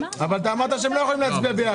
גודש הוא סימן לשגשוג כלכלי.